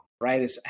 right